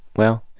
well.